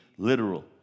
literal